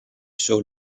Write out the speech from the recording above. sur